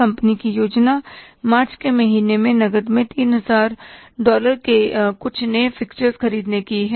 company की योजना March के महीने में नकद में 3000 डॉलर के कुछ नए फिक्स्चरस खरीदने की है